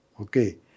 okay